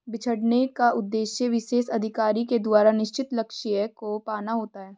बिछड़ने का उद्देश्य विशेष अधिकारी के द्वारा निश्चित लक्ष्य को पाना होता है